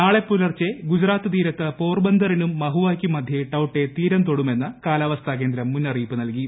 നാളെ പുലർച്ചെ ഗുജറാത്ത് തീരത്ത് പോർബന്തറിനും മഹുവായ്ക്കും മദ്ധ്യേ ടൌട്ടെ തീരം തൊടുമെന്ന് കാലാവസ്ഥ കേന്ദ്രം മുന്നറിയിപ്പ് നൽകി